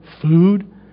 food